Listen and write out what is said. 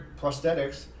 prosthetics